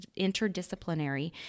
interdisciplinary